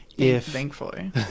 Thankfully